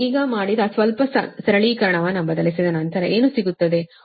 ಈಗ ಮಾಡಿದ ಸ್ವಲ್ಪ ಸರಳೀಕರಣವನ್ನು ಬದಲಿಸಿದ ನಂತರ ಏನು ಸಿಗುತ್ತದೆ 4